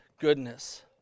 goodness